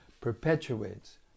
perpetuates